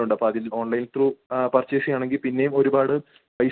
ആ ഓ അവർ ജയിക്കാൻ സാധ്യത കുറവാണ് മ്മ്